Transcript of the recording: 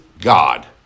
God